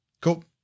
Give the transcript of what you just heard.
Cool